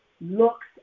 looks